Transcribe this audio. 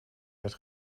werd